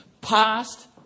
past